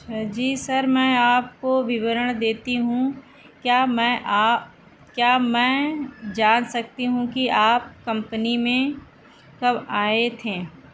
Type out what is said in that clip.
जी sir मैं आपको विवरण देती हूँ क्या मैं आ क्या मैं जान सकती हूँ कि आप कंपनी में कब आए थे